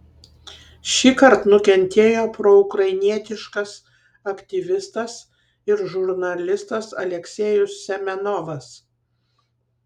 šįkart nukentėjo proukrainietiškas aktyvistas ir žurnalistas aleksejus semenovas